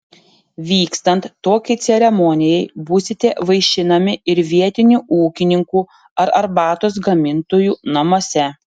vykstant tokiai ceremonijai būsite vaišinami ir vietinių ūkininkų ar arbatos gamintojų namuose